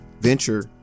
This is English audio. venture